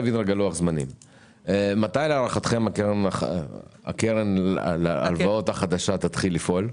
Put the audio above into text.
מתי להערכתם הקרן החדשה להלוואות תתחיל לפעול?